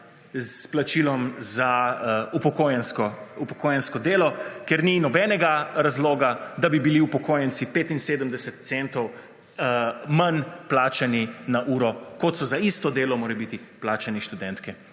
s plačilom za upokojensko delo, ker ni nobenega razloga, da bi bili upokojenci 75 centov manj plačani na uro kot so za isto delo morebiti plačani študentke